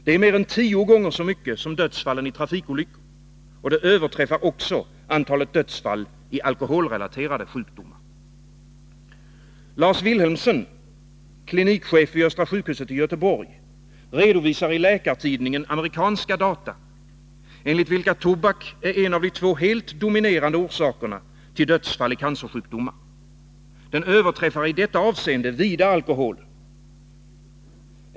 Det är mer än tio gånger så mycket som dödsfallen i trafikolyckor, och det överträffar också antalet dödsfall i alkoholrelaterade sjukdomar. Lars Wilhelmsen, klinikchef vid Östra sjukhuset i Göteborg, redovisar i Läkartidningen amerikanska data, enligt vilka tobaken är en av de två helt dominerande orsakerna till dödsfall i cancersjukdomar. Den överträffar i detta avseende vida alkoholen.